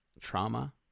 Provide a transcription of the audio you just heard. Trauma